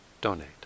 donate